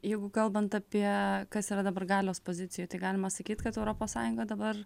jeigu kalbant apie kas yra dabar galios pozicijoj tai galima sakyt kad europos sąjunga dabar